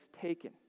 taken